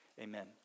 Amen